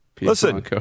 Listen